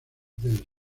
del